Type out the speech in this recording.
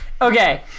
okay